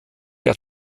der